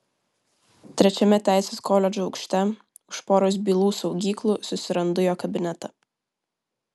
trečiame teisės koledžo aukšte už poros bylų saugyklų susirandu jo kabinetą